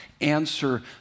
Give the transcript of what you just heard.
answer